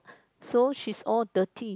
so she's all dirty